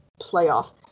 playoff